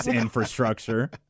infrastructure